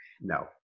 No